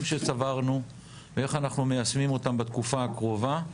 שצברנו ואיך אנחנו מיישמים אותם בתקופה הקרובה,